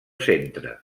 centre